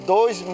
Dois